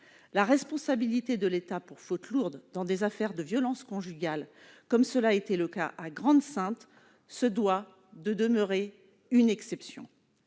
la responsabilité de l'État pour faute lourde dans des affaires de violences conjugales, comme cela a été le cas à Grande-Synthe, se doit de demeurer une exception.